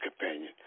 companion